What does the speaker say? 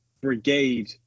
brigade